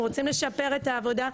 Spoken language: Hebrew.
אנחנו רוצים לשפר את העבודה,